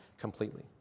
Completely